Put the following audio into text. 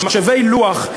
מחשבי לוח,